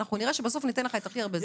אנחנו נראה שבסוף ניתן לך הכי הרבה זמן.